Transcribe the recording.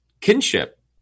kinship